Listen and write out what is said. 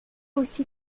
aussi